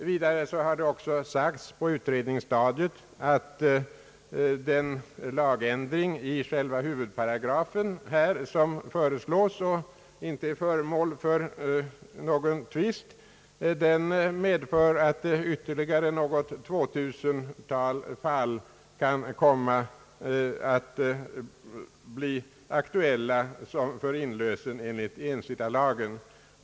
Vidare har det också sagts på utredningsstadiet att den lagändring i huvudparagrafen som här föreslås och inte är föremål för någon tvist medför att ytterligare ungefär 2000 fall kan komma att bli aktuella för inlösen enligt ensittarlagen.